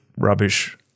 rubbish